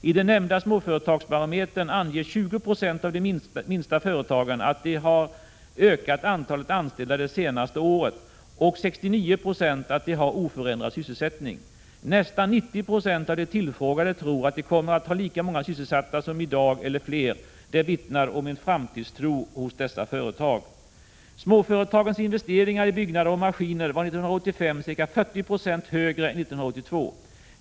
I den nämnda småföretagsbarometern anger 20 26 av de minsta företagen att de har ökat antalet anställda det senaste året och 69 90 att de har oförändrad sysselsättning. Nästan 90 96 av de tillfrågade tror att de kommer att ha lika många sysselsatta som i dag eller fler. Det vittnar om en framtidstro hos dessa företag. Småföretagens investeringar i byggnader och maskiner var 1985 ca 40 960 högre än 1982.